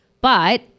but-